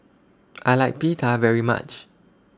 I like Pita very much